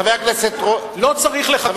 חבר הכנסת רותם,